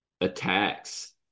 attacks